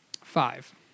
Five